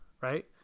right